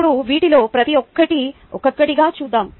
ఇప్పుడు వీటిలో ప్రతి ఒక్కటి ఒక్కొక్కటిగా చూద్దాం